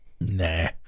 Nah